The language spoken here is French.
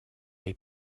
est